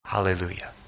Hallelujah